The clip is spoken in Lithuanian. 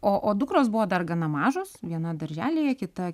o o dukros buvo dar gana mažos viena darželyje kita